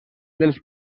dels